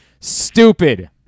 stupid